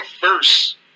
first